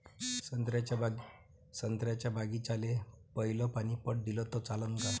संत्र्याच्या बागीचाले पयलं पानी पट दिलं त चालन का?